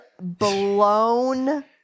blown